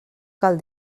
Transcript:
cal